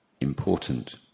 important